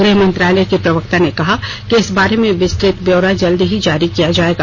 गृह मंत्रालय के प्रवक्ता ने कहा कि इस बारे में विस्तृत ब्यौरा जल्द जारी किया जाएगा